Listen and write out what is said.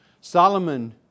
Solomon